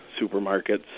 supermarkets